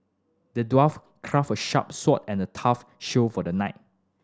the dwarf crafted a sharp sword and a tough shield for the knight